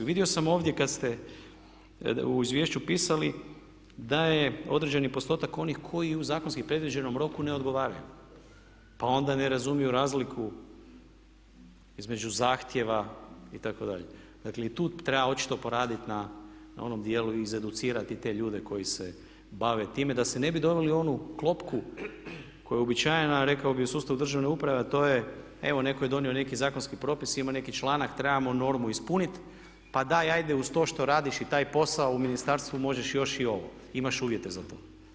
Vidio sam ovdje kad ste u izvješću pisali da je određeni postotak onih koji u zakonski predviđenom roku ne odgovaraju pa onda ne razumiju razliku između zahtjeva itd. dakle, i tu treba očito poraditi na onom djelu, iz educirati te ljude koji se bave time da se ne bi doveli u onu klopku koja je uobičajena rekao bi u sustavu državne uprave a to je, evo netko je donio neki zakonski propis, ima neki članak, trebamo normu ispunit, pa daj ajde uz to što radiš i taj posao u ministarstvu možeš još i ovo, imaš uvjete za to.